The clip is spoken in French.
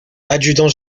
adjudant